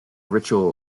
ritual